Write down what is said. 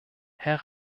herr